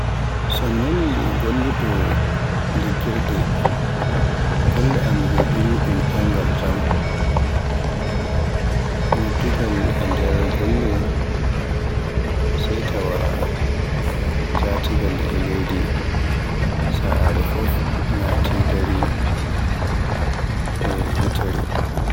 So mi nani golluɗo "Liggirde" golle am yo ɓuri ɗum ɗemngal jam, neddungal e ndeer golle — sey tawii njaatigi e leydi, saare fuu naɗii dari e hiitere.